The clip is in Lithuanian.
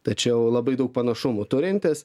tačiau labai daug panašumų turintis